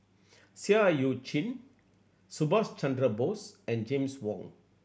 Seah Eu Chin Subhas Chandra Bose and James Wong